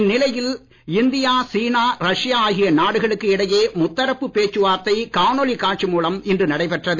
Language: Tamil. இந்நிலையில் இந்தியா சீனா ரஷ்யா ஆகிய நாடுகளுக்கு இடையே முத்தரப்பு பேச்சு வார்த்தை காணொளி காட்சி மூலம் இன்று நடைபெற்றது